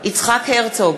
יצחק הרצוג,